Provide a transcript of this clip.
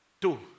Two